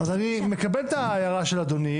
אז אני מקבל את ההערה של אדוני,